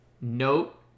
Note